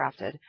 crafted